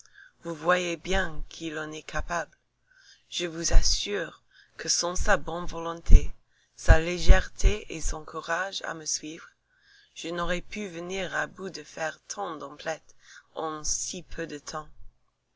vous voyez bien qu'il en est capable je vous assure que sans sa bonne volonté sa légèreté et son courage à me suivre je n'aurais pu venir à bout de faire tant d'emplettes en si peu de temps